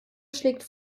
schlägt